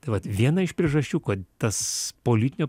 tai vat viena iš priežasčių kad tas politinio